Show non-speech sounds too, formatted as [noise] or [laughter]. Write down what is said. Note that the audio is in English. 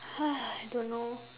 [noise] don't know